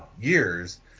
years